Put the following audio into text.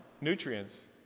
nutrients